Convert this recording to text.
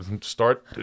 start